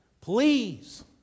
please